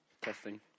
Testing